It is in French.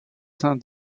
saint